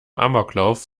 amoklauf